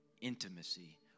intimacy